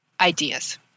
ideas